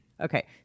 okay